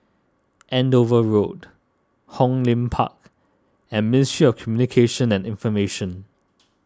Andover Road Hong Lim Park and Ministry of Communications and Information